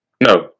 No